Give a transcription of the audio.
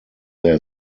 there